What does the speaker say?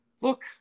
look